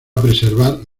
preservar